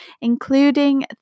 including